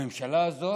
הממשלה הזו